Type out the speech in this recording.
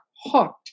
hooked